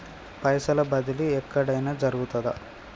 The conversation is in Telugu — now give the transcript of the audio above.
పైసల బదిలీ ఎక్కడయిన జరుగుతదా?